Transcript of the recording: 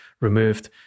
removed